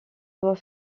doit